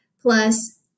plus